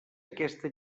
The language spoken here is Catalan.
aquesta